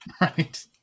right